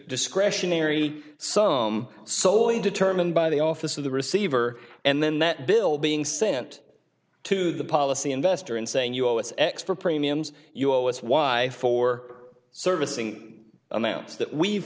discretionary some sewing determined by the office of the receiver and then that bill being sent to the policy investor and saying you owe us x for premiums you owe us why for servicing amounts that we've